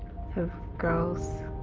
of girls.